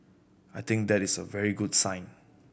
I think that is a very good sign